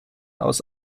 aus